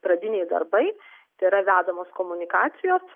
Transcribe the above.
pradiniai darbai tai yra vedamos komunikacijos